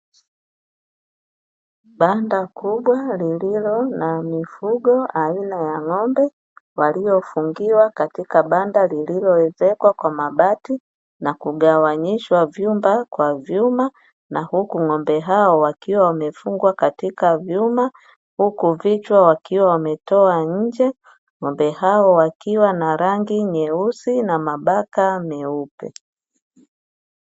Banda kubwa lililo na mifugo aina ya ng'ombe, waliofungiwa katika banda lililoezekwa kwa mabati na kugawanyishwa vyumba kwa vyuma na huku ng'ombe hao wakiwa wamefungwa katika vyuma, huku vichwa wakiwa wametoa nje. Ng'ombe hao wakiwa na rangi nyeusi na mabaka meupe.